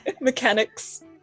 mechanics